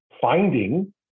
finding